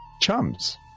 chums